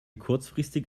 kurzfristig